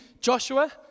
Joshua